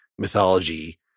mythology